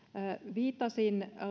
viittasin